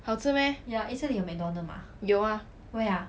好吃 meh 有 ah